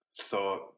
thought